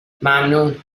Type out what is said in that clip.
ممنون